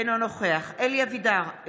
אינו נוכח אלי אבידר,